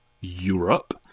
Europe